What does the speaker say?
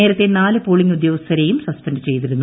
നേരത്തെ നാല് പോളിങ് ഉദ്യോഗസ്ഥരെയും സസ്പെൻഡ് ചെയ്തിരുന്നു